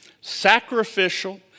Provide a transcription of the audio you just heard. sacrificial